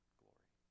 glory